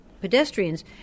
pedestrians